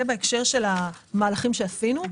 זה בהקשר למהלכים שעשינו.